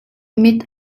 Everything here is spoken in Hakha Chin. mit